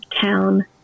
town